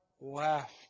laughed